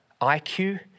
IQ